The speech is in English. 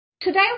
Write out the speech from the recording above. Today